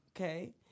okay